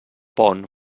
pont